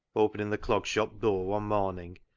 opening the clog shop door one morning,